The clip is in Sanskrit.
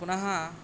पुनः